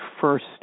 first